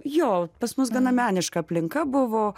jo pas mus gana meniška aplinka buvo